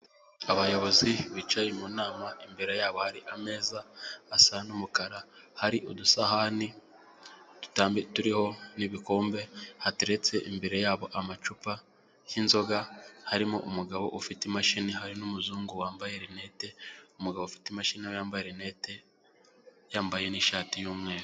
Abayobozi bicaye mu nama imbere yabo hari ameza asa n'umukara, hari udusahani turiho n'ibikombe hateretse imbere yabo amacupa y'inzoga, harimo umugabo ufite imashini hari n'umuzungu wambaye rinete, umugabo ufite imashini na we yambaye rinete, yambaye n'ishati y'umweru